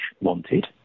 wanted